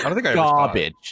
garbage